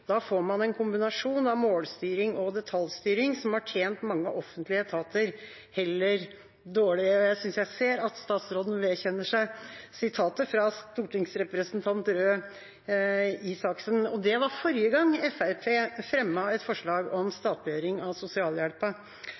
Da får man en kombinasjon av målstyring og detaljstyring som har tjent mange offentlige etater heller dårlig.» Jeg synes jeg ser at statsråden vedkjenner seg sitatet. Det er fra stortingsrepresentant Røe Isaksen forrige gang Fremskrittspartiet fremmet et forslag om statliggjøring av